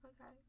Okay